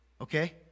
okay